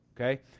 okay